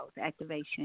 activation